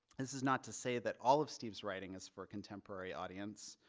this is not to say that all of steve's writing is for a contemporary audience.